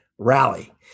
Rally